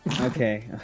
Okay